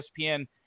ESPN